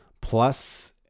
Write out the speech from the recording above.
plus